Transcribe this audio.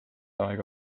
aega